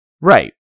Right